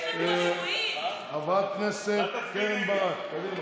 יש לנו כבר, חברת הכנסת קרן ברק, קדימה.